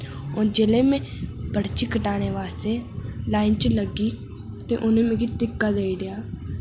हून जेल्लै में परची कटाने आस्तै लाइन च लग्गी ते उ'नै मिकी धिक्का देई ओड़ेआ